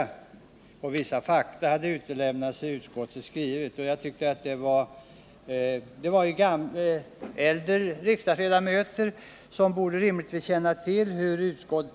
Det påpekades också att vissa fakta hade utelämnats i utskottets skrivning. Det var äldre riksdagsledamöter som framförde dessa åsikter. De borde rimligtvis känna till hur